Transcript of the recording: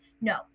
no